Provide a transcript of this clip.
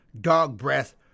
dog-breath